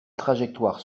trajectoires